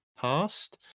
Past